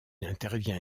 intervient